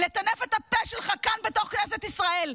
לטנף את הפה שלך כאן בכנסת ישראל,